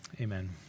Amen